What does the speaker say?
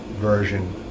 version